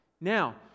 Now